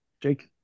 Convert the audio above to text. Jake